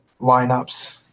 lineups